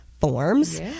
forms